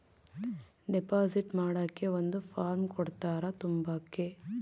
deposit ಮಾಡಕ್ಕೆ ಒಂದ್ form ಕೊಡ್ತಾರ ತುಂಬಕ್ಕೆ